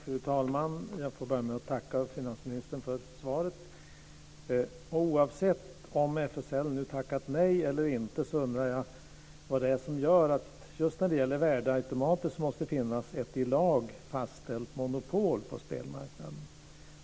Fru talman! Jag får börja med att tacka finansministern för svaret. Oavsett om FSL nu tackat nej eller inte, undrar jag vad det är som gör att just när det gäller värdeautomater måste det finnas ett i lag fastställt monopol på spelmarknaden.